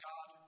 God